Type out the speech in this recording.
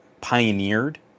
pioneered